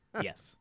Yes